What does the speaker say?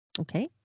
Okay